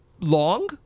long